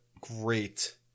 great –